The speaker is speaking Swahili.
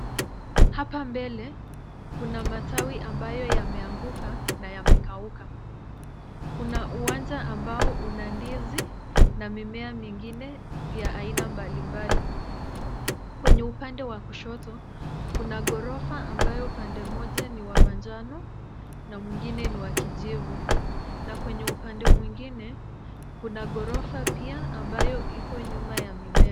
Hapa mbele kuna matawi ambayo yameanguka na yamekauka. Kuna uwanja ambao una ndizi na mimea mingine ya aina mbalimbali. Kwenye upande wa kushoto, kuna ghorofa ambayo upande moja ni wa manjano na mwingine ni wa kijivu, na kwenye upande mwingine kuna ghorofa pia ambayo iko nyuma ya mimea.